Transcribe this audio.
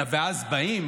ואז באים,